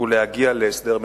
ולהגיע להסדר מדיני.